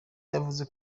yavuze